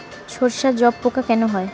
সর্ষায় জাবপোকা কেন হয়?